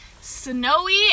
Snowy